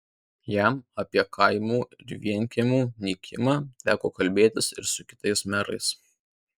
jam apie kaimų ir vienkiemių nykimą teko kalbėtis ir su kitais merais